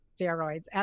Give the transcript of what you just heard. steroids